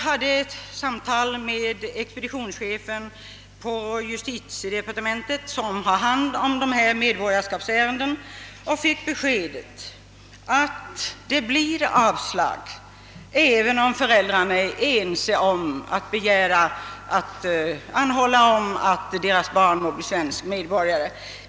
Vid samtal med expeditionschefen i justitiedepartementet, som har hand om medborgarskapsärenden, fick jag beskedet, att det blir avslag även om föräldrarna är ense om att anhålla att deras barn skall få bli svenska medborgare.